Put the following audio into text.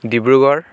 Dibrugarh